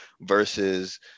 versus